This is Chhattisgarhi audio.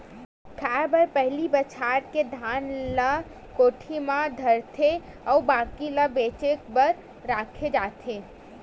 खाए बर पहिली बछार के धान ल कोठी म धरथे अउ बाकी ल बेचे बर राखे जाथे